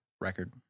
record